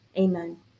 Amen